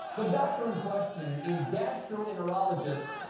the doctor in question is gastroenterologist